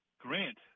Grant